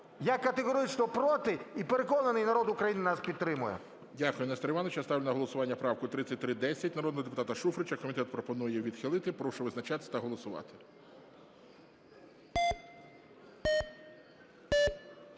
Я категорично проти і, переконаний, народ України нас підтримає. ГОЛОВУЮЧИЙ. Дякую, Несторе Івановичу. Я ставлю на голосування правку 3310 народного депутата Шуфрича. Комітет пропонує відхилити. Прошу визначатись та голосувати.